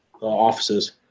offices